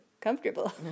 comfortable